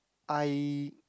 I